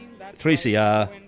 3CR